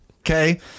Okay